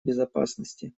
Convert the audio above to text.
безопасности